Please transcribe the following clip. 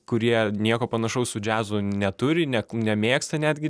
kurie nieko panašaus su džiazu neturi nek nemėgsta netgi